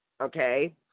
okay